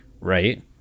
right